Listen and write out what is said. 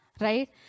right